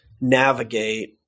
navigate